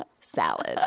salad